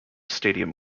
stadium